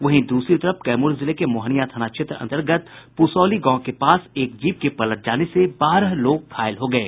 वहीं दूसरी तरफ कैमूर जिले के मोहनियां थाना क्षेत्र अंतर्गत पुसौली गांव के पास एक जीप के पलट जाने से बारह लोग घायल हो गये